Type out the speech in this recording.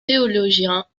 théologien